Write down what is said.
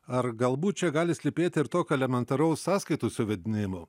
ar galbūt čia gali slypėti ir tokio elementaraus sąskaitų suvedinėjimo